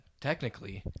technically